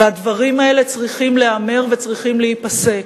והדברים האלה צריכים להיאמר וצריכים להיפסק.